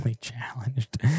Challenged